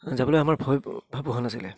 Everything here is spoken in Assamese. যাবলৈ আমাৰ ভয় ভাব হোৱা নাছিলে